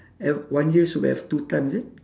ev~ one year should have two time is it